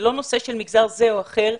זה לא נושא של מגזר זה או אחר.